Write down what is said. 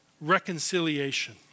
reconciliation